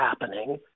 happening